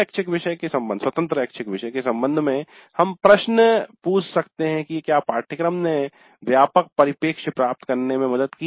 और स्वतंत्र ऐच्छिक विषय के संबंध में हम प्रश्न पूछ सकते हैं कि क्या पाठ्यक्रम ने व्यापक परिप्रेक्ष्य प्राप्त करने में मदद की